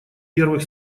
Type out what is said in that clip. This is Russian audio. первых